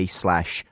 slash